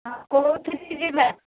ହଁ କେଉଁଠିକୁ ଯିବା